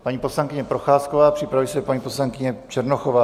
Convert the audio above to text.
Paní poslankyně Procházková, připraví se paní poslankyně Černochová.